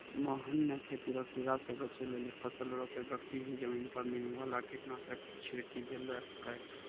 मोहन नॅ खेती रो कीड़ा स बचै लेली फसल रोपै बक्ती हीं जमीन पर नीम वाला कीटनाशक छिड़की देलकै